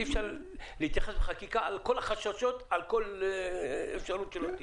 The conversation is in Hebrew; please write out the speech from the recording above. אי אפשר להתייחס בחקיקה על כל החששות ועל כל אפשרות שלא תהיה.